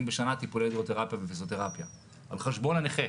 בשנה טיפולי הידרותרפיה ופיזיותרפיה על חשבון הנכה,